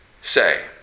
say